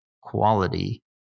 quality